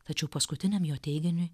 tačiau paskutiniam jo teiginiui